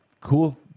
cool